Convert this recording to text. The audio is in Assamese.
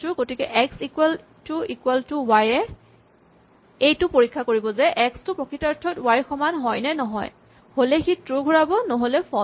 গতিকে x equal to equal to y য়ে এইটো পৰীক্ষা কৰিব যে এক্স টো প্ৰকৃতাৰ্থত ৱাই ৰ সমান হয় নে নহয় হ'লে সি ট্ৰো ঘূৰাব নহ'লে ফল্চ